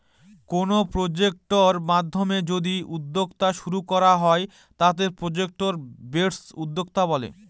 কোনো প্রজেক্টের মাধ্যমে যদি উদ্যোক্তা শুরু করা হয় তাকে প্রজেক্ট বেসড উদ্যোক্তা বলে